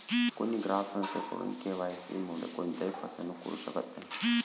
कोणीही ग्राहक संस्थेकडून के.वाय.सी मुळे कोणत्याही फसवणूक करू शकत नाही